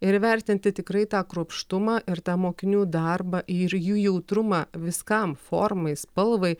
ir įvertinti tikrai tą kruopštumą ir tą mokinių darbą ir jų jautrumą viskam formai spalvai